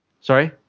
Sorry